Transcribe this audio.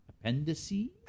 appendices